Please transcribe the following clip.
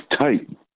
tight